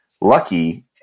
lucky